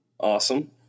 Awesome